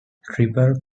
triple